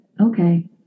okay